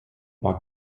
war